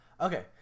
Okay